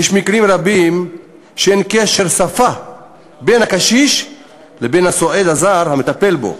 יש מקרים שאין קשר שפה בין הקשיש לבין הסועד הזר המטפל בו.